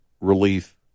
relief